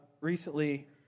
recently